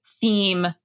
theme